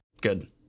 Good